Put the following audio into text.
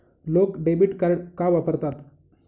लोक debit card का वापरतात?